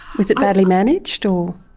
was it badly managed or?